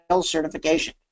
certification